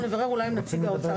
אנחנו נברר אולי עם נציג האוצר.